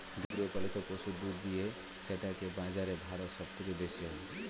গৃহপালিত পশু দুধ দুয়ে সেটাকে বাজারে ভারত সব থেকে বেশি হয়